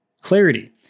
clarity